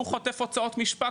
הוא חוטף הוצאות משפט,